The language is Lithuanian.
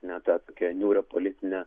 na tą tokia niūrią politinę